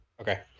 Okay